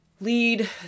lead